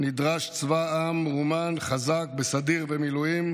נדרש צבא עם מאומן, חזק בסדיר ובמילואים,